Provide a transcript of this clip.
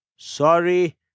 Sorry